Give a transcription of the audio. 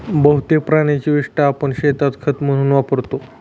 बहुतेक प्राण्यांची विस्टा आपण शेतात खत म्हणून वापरतो